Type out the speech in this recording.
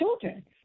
children